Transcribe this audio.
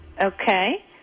Okay